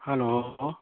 hello